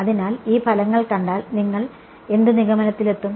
അതിനാൽ ഈ ഫലങ്ങൾ കണ്ടാൽ നിങ്ങൾ എന്ത് നിഗമനത്തിലെത്തും